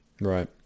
Right